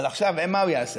אבל עכשיו, מה הוא יעשה?